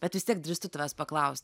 bet vis tiek drįstu tavęs paklausti